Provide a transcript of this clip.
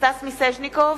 סטס מיסז'ניקוב,